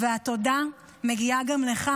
והתודה מגיעה גם לך,